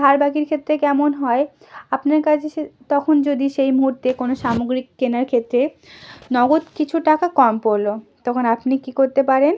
ধার বাকির ক্ষেত্রে কেমন হয় আপনার কাছে সে তখন যদি সেই মুহুর্তে কোনো সামগ্রী কেনার ক্ষেত্রে নগদ কিছু টাকা কম পড়লো তখন আপনি কী করতে পারেন